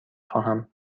خواهم